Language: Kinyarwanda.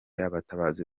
abatabazi